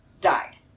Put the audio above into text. died